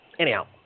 Anyhow